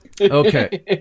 Okay